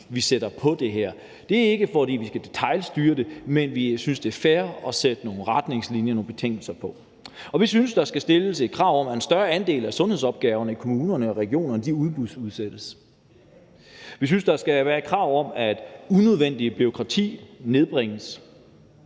vi sætter på det her. Det er ikke, fordi vi skal detailstyre det, men vi synes, det er fair at sætte nogle retningslinjer, nogle betingelser på. Kl. 15:09 Vi synes, der skal stilles et krav om, at en større andel af sundhedsopgaverne i kommunerne og regionerne udbudsudsættes. Vi synes, der skal være krav om, at unødvendigt bureaukrati nedbringes.